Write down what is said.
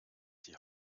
die